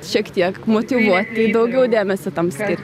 šiek tiek motyvuoti daugiau dėmesio tam skirti